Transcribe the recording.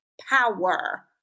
Power